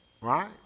Right